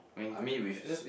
I mean with su~